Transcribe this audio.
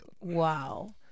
Wow